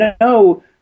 no